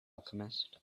alchemist